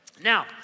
Now